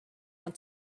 want